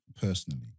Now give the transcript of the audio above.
personally